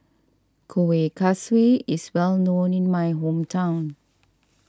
Kuih Kaswi is well known in my hometown